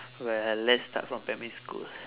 well let's start from primary school